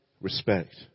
respect